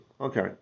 Okay